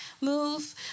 move